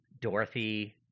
Dorothy